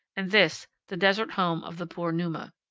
and this, the desert home of the poor numa.